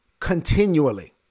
continually